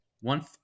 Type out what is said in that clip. one